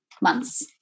months